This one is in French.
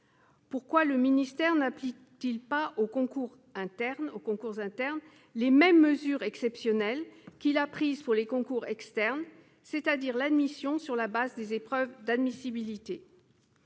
Pourquoi le ministère n'applique-t-il pas aux concours internes les mesures exceptionnelles qu'il a prises pour les concours externes, soit l'admission sur la base des épreuves d'admissibilité ?